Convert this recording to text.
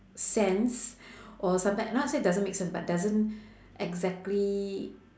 sense or sometimes not say doesn't make sense but doesn't exactly